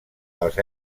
als